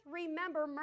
remember